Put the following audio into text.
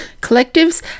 collectives